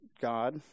God